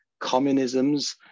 communisms